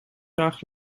graag